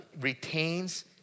retains